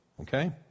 okay